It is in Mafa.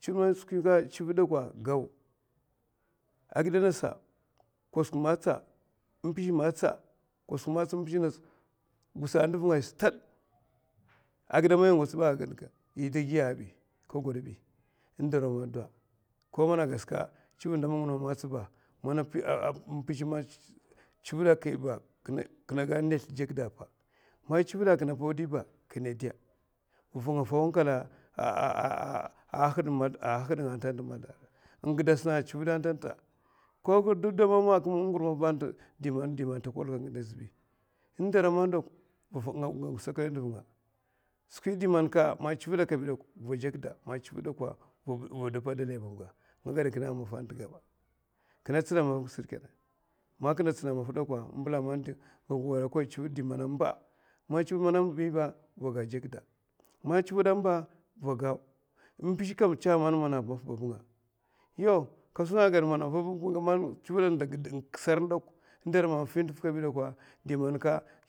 nda mpizhè gidau ndavna sa kagi kosuk ngaya, kajakda ko man kosuk akadè agidau ka ngots skwi kèshkètè kandiya ahud ngaya ka ngots skwi kèshkètè kaza vi a kirmamngaya a giya nènga anta nènga anta kinè gwadbi nawa nawa b ngo gusokoy kosuk airy chèwchèw. vo gus mpizhè ariy chèwchèw anawa nawa ba agida angasa kosuk magatsa chivid nda manguno magatsa, man chivid a kinè paudi kinè dè man chivid a kabi kinè daga nèzlè n'jèkda ava. ngidasna a chivid antanata. hakda nga hakda nga ata, va fau hankal, ahh hakud nga hakud nga atagada, ngidasna a chivid atanata ka, nga warakon chivid mblèa'a kinè tsina man a maffa sè kè dè. man kinè ngèla di tè chivid man